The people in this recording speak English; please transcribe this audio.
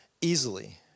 easily